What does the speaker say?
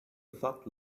thud